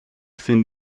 sind